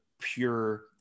pure